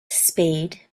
spade